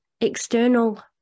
External